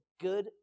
good